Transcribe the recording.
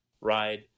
Ride